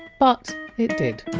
but it did